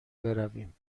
برویم